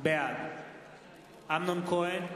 בעד אמנון כהן,